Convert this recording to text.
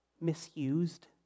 misused